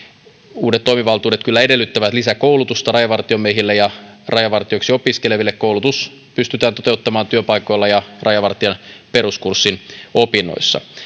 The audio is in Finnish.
uudet toimivaltuudet kyllä edellyttävät lisäkoulutusta rajavartiomiehille ja rajavartijoiksi opiskeleville koulutus pystytään toteuttamaan työpaikoilla ja rajavartijan peruskurssin opinnoissa